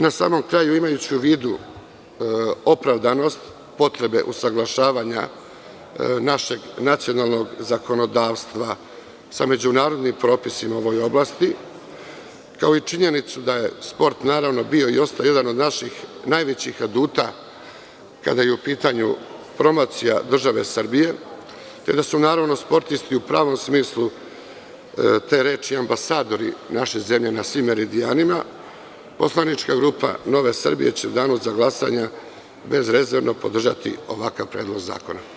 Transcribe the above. Na samom kraju, imajući u vidu opravdanost potrebe usaglašavanja našeg nacionalnog zakonodavstva sa međunarodnim propisima u ovoj oblasti, kao i činjenicu da je sport naravno bio i ostao jedan od naših najvećih aduta, kada je u pitanju promocija države Srbije, i da su naravno, sportisti u pravom smislu te reči, ambasadori naše zemlje na svim meridijanima, poslanička grupa Nove Srbije će u danu za glasanje bezrezervno podržati ovakav predlog zakona.